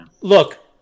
look